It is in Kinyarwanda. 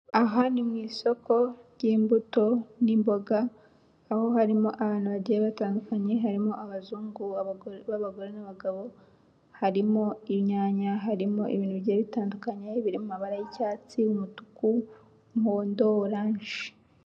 Aha ni mu isoko ry'imbuto n'imboga, aho harimo abantu bagiye batandukanye, harimo abazungu b'abagore n'abagabo, harimo inyanya, harimo ibintu bigiye bitandukanye biri mu mabara y'icyatsi, umutuku, umuhondo, oranje.